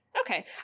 okay